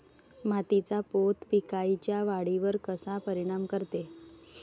मातीचा पोत पिकाईच्या वाढीवर कसा परिनाम करते?